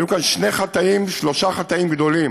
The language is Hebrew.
היו כאן שני חטאים, שלושה חטאים גדולים: